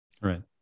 Right